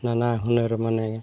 ᱱᱟᱱᱟ ᱦᱩᱱᱟᱹᱨ ᱢᱟᱱᱮ